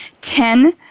Ten